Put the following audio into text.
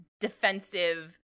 defensive